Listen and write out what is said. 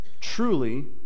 truly